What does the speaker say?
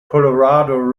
colorado